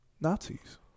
Nazis